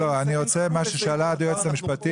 אני רוצה שתתייחסו לשאלת היועצת המשפטית.